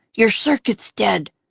your circuit's dead,